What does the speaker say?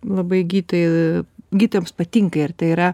labai gydytojai gydytojams patinka ir tai yra